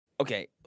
Okay